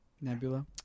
Nebula